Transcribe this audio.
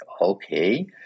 okay